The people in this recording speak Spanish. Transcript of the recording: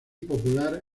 popular